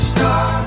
Star